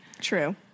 True